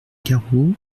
garot